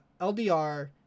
LDR